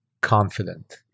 confident